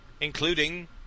including